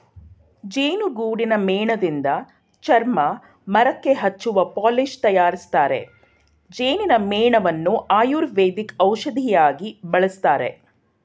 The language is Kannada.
ಜೇನುಗೂಡಿನ ಮೇಣದಿಂದ ಚರ್ಮ, ಮರಕ್ಕೆ ಹಚ್ಚುವ ಪಾಲಿಶ್ ತರಯಾರಿಸ್ತರೆ, ಜೇನಿನ ಮೇಣವನ್ನು ಆಯುರ್ವೇದಿಕ್ ಔಷಧಿಯಾಗಿ ಬಳಸ್ತರೆ